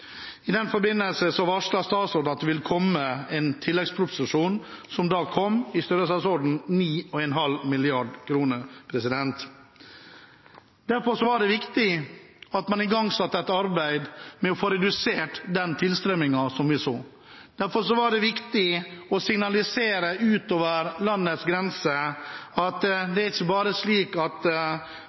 I den forbindelse varslet statsråden at det vil komme en tilleggsproposisjon, som da kom, i størrelsesordenen 9,5 mrd. kr. Derfor var det viktig at man igangsatte et arbeid med å få redusert den tilstrømmingen som vi så. Derfor var det viktig å signalisere utover landets grenser at det ikke er slik at